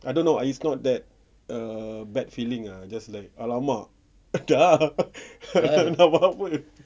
I don't know he's not that err bad feeling ah just like !alamak! dah nak buat apa